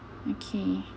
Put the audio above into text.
okay